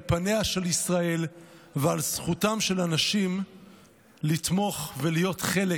על פניה של ישראל ועל זכותם של אנשים לתמוך ולהיות חלק